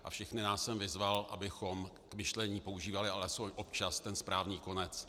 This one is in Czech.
A všechny jsem vyzval, abychom k myšlení používali alespoň občas ten správný konec.